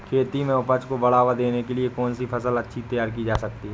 खेती में उपज को बढ़ावा देने के लिए कौन सी फसल तैयार की जा सकती है?